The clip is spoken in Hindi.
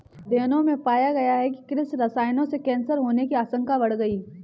अध्ययनों में पाया गया है कि कृषि रसायनों से कैंसर होने की आशंकाएं बढ़ गई